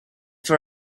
for